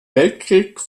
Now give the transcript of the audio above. weltkrieg